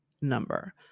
number